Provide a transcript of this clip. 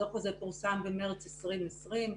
הדוח הזה פורסם במרס 2020,